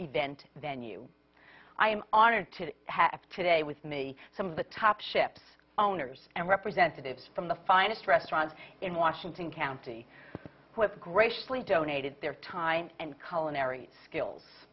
event then you i am honored to have today with me some of the top ships owners and representatives from the finest restaurant in washington county with graciously donated their time and cullen aries skills